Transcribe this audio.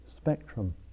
spectrum